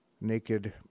naked